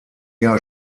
jahr